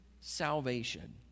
salvation